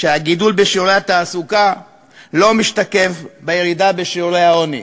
שהגידול בשיעורי התעסוקה לא משתקף בירידה בשיעורי העוני.